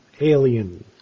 Alien